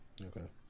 Okay